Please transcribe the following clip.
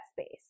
space